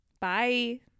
Bye